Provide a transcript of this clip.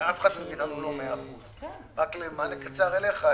אף אחד מאתנו לא 100%. רק מענה קצר אליך,